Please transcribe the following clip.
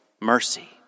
Mercy